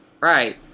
right